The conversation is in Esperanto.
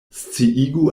sciigu